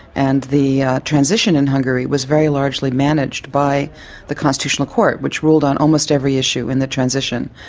and the transition in hungary was very largely managed by the constitutional court which ruled on almost every issue in the transition.